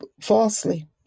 falsely